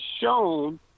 shown